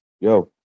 Yo